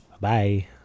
Bye